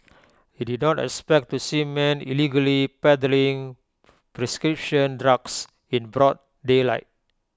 he did not expect to see men illegally peddling prescription drugs in broad daylight